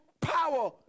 power